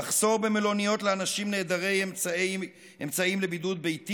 מחסור במלוניות לאנשים נעדרי אמצעים לבידוד ביתי